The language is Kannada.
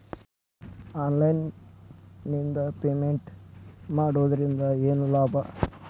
ಆನ್ಲೈನ್ ನಿಂದ ಪೇಮೆಂಟ್ ಮಾಡುವುದರಿಂದ ಏನು ಲಾಭ?